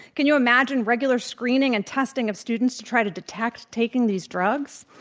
can you imagine regular screening and testing of students to try to detect taking these drugs?